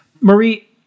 Marie